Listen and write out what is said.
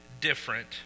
different